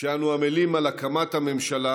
כשאנו עמלים על הקמת הממשלה,